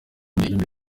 imyumvire